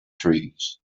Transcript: trees